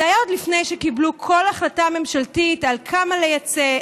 זה היה עוד לפני שקיבלו כל החלטה ממשלתית על כמה לייצא,